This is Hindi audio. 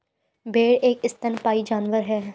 भेड़ एक स्तनपायी जानवर है